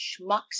Schmucks